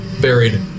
buried